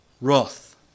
wrath